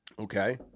Okay